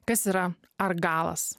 kas yra argalas